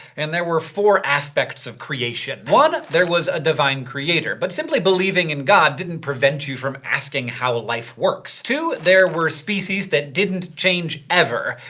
and there were four aspects of creation one, there was a divine creator. but simply believing in god didn't prevent you from asking how life works. two, there were species that didn't change, ever.